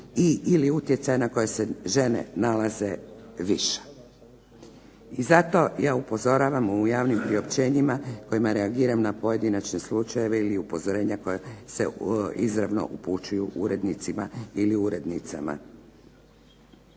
ili utjecaja na koje se žene nalaze viša. I zato ja upozoravam u javnim priopćenjima kojima reagiram na pojedinačne slučajeve ili upozorenja koja se izravno upućuju urednicima ili urednicama.